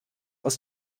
aus